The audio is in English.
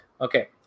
Okay